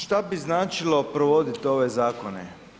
Što bi značilo provoditi ove zakone?